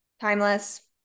Timeless